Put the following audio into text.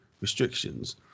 restrictions